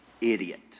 idiot